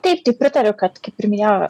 taip tai pritariu kad kaip ir minėjo